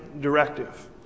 directive